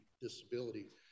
disability